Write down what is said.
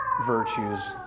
virtues